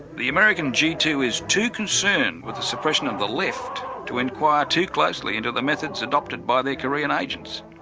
the american g two is too concerned with the suppression of the left to inquire too closely into the methods adopted by their korean agents.